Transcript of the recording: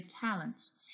talents